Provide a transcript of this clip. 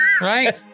Right